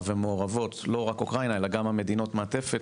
ומעורבות לא רק אוקראינה אלא גם מדינות המעטפת